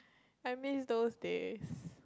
I miss those days